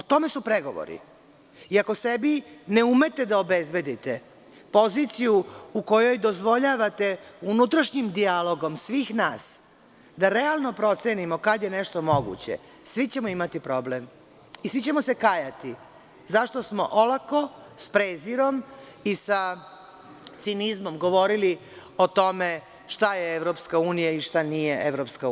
O tome su pregovori i ako sebi ne umete da obezbedite poziciju u kojoj dozvoljavate unutrašnjim dijalogom svih nas da realno procenimo kada je nešto moguće, svi ćemo imati problem i svi ćemo se kajati zašto smo olako sa prezirom i sa cinizmom govorili o tome šta je EU i šta nije EU.